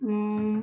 ମୁୁଁ